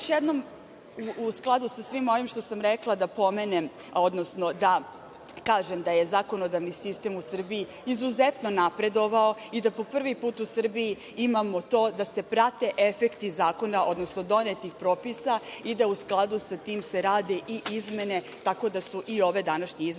još jednom, u skladu sa svim ovim što sam rekla, da pomenem, odnosno da kažem da je zakonodavni sistem u Srbiji izuzetno napredovao i da po prvi put u Srbiji imamo to da se prate efekti zakona, odnosno donetih propisa i da u skladu sa tim se rade i izmene, tako da su i ove današnje izmene